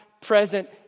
present